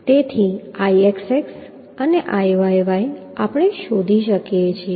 તેથી Ixx અને Iyy આપણે શોધી શકીએ છીએ